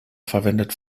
verwendet